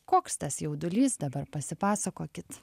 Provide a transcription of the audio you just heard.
koks tas jaudulys dabar pasipasakokit